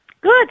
Good